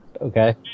okay